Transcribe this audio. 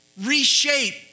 reshape